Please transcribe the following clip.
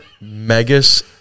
Megas